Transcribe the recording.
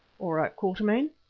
all right, quatermain.